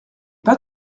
pas